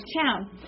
town